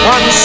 One